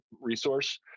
resource